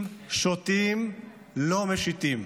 אם שותים, לא משיטים.